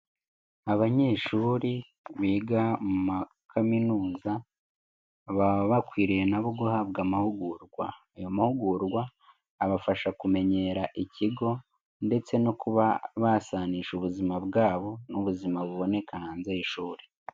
Abanyeshuri biga mu makaminuza baba bakwiriye na bo guhabwa amahugurwa, ayo mahugurwa abafasha kumenyera ikigo ndetse no kuba basanisha ubuzima bwabo n'ubuzima buboneka hanze y'ishuri